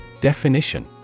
Definition